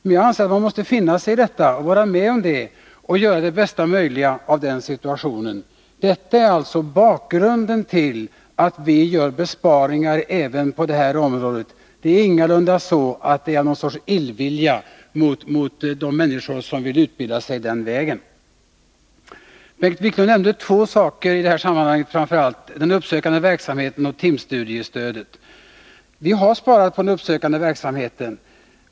Men jag anser att vi måste finna oss i det och göra det bästa möjliga av situationen. Detta är alltså bakgrunden till att vi gör besparingar även här. Det är ingalunda så att vi gör det i någon sorts illvilja mot de människor som vill utbilda sig den vägen. Bengt Wiklund nämnde två saker i detta sammanhang: den uppsökande verksamheten och timstudiestödet. Vi har sparat på den uppsökande verksamheten.